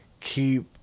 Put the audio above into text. keep